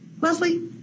Leslie